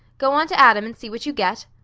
go on to adam and see what you get.